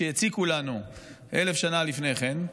שהציקו לנו אלף שנה לפני כן,